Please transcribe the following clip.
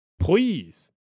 Please